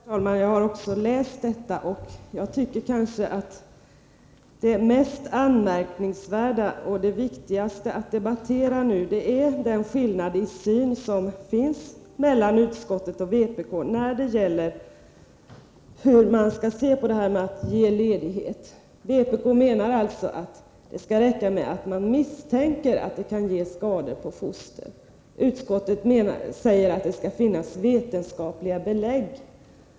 Herr talman! Jag har läst vad som står där. Jag tycker att det mest anmärkningsvärda och det viktigaste att debattera är den skillnad i syn som finns mellan utskottsmajoriteten och vpk när det gäller beviljande av ledighet. Vpk menar att det räcker med att man misstänker att skador på fostret kan uppstå. Utskottet säger att det skall finnas vetenskapliga belägg.